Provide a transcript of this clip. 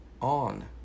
on